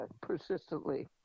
persistently